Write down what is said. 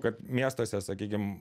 kad miestuose sakykim